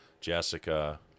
Jessica